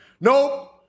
nope